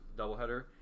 doubleheader